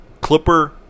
Clipper